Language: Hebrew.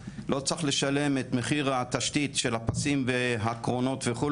לא צריך לשלם את מחיר התשתית של הפסים והקרונות וכו',